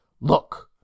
Look